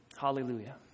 Hallelujah